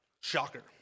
shocker